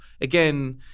again